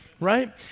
right